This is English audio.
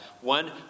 one